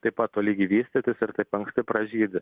taip pat tolygiai vystytis ir taip anksti pražydi